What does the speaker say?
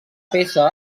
peça